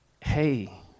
hey